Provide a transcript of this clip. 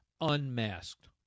unmasked